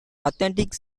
authentic